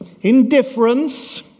indifference